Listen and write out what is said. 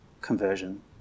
conversion